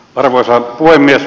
arvoisa puhemies